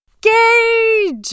Gage